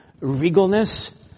regalness